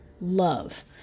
love